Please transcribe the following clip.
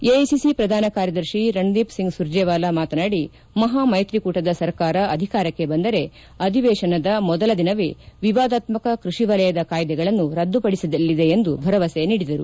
AICC ಪ್ರಧಾನ ಕಾರ್ಯದರ್ಶಿ ರಣದೀಪ್ ಸಿಂಗ್ ಸುರ್ಜೆವಾಲ ಮಾತನಾಡಿ ಮಪಾ ಮೈತ್ರಿಕೂಟದ ಸರ್ಕಾರ ಅಧಿಕಾರಕ್ಕೆ ಬಂದರೆ ಅಧಿವೇಶನದ ಮೊದಲ ದಿನವೇ ವಿವಾದತ್ಮಾಕ ಕೃಷಿ ವಲಯದ ಕಾಯ್ದೆಗಳನ್ನು ರದ್ದುಪಡಿಸಲಿದೆ ಎಂದು ಭರವಸೆ ನೀಡಿದರು